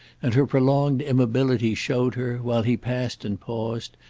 and her prolonged immobility showed her, while he passed and paused,